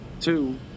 two